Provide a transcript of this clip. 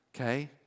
okay